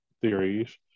theories